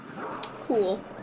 Cool